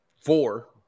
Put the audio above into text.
four